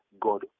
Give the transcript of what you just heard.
God